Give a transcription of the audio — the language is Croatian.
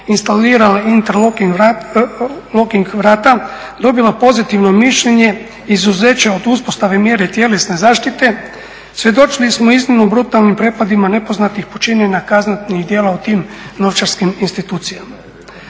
instalirale … vrata, dobila pozitivno mišljenje, izuzeće od uspostave mjere tjelesne zaštite, svjedočili smo iznimno brutalnim prepadima nepoznatim … kaznenih djela u tim novčarskim institucijama.